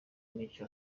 n’icyo